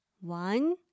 One